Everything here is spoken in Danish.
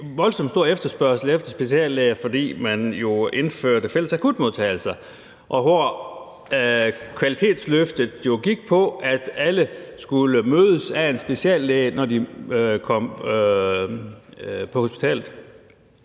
voldsomt stor efterspørgsel efter speciallæger, fordi man indførte fælles akutmodtagelser, og hvor kvalitetsløftet jo gik på, at alle skulle mødes af en speciallæge, når de kom på hospitalet.